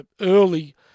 early